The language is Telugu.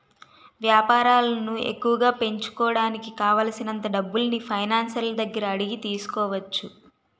వేపారాలను ఎక్కువగా పెంచుకోడానికి కావాలిసినంత డబ్బుల్ని ఫైనాన్సర్ల దగ్గర అడిగి తీసుకోవచ్చు